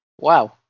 wow